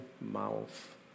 mouth